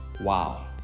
wow